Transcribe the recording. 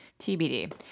TBD